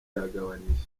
yagabanyije